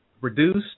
reduced